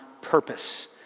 purpose